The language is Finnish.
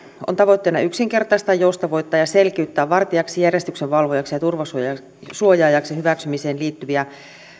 on tavoitteena yksinkertaistaa joustavoittaa ja selkiyttää vartijaksi järjestyksenvalvojaksi ja turvasuojaajaksi hyväksymiseen liittyviä